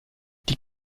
die